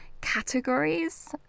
categories